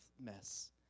mess